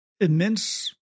immense